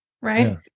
right